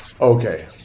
Okay